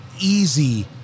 easy